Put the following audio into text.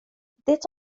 det